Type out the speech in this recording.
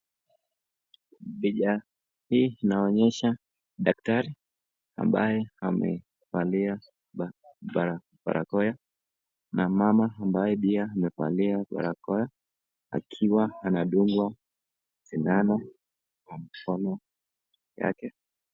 Picha hii inaonyesha daktari aliye valia barakoa , na mama ambaye pia amevalia barakoa akiwa anadungwa sindano kwa mkono yake.